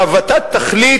והות"ת תחליט,